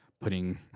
putting